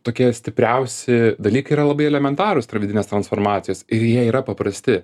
tokie stipriausi dalykai yra labai elementarūs tai yra vidinės transformacijos ir jie yra paprasti